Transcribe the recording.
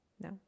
No